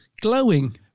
glowing